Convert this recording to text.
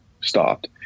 stopped